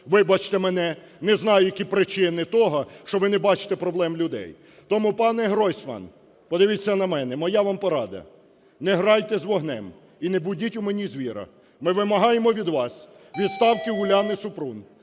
вибачте мене, не знаю, які причини того, що ви не бачите проблем людей! Тому, пане Гройсман, подивіться на мене. Моя вам порада: не грайте з вогнем і не будіть в мені звіра. Ми вимагаємо від вас відставки Уляни Супрун.